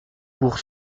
pour